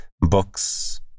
books